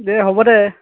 দে হ'ব দে